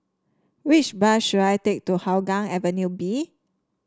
which bus should I take to Hougang Avenue B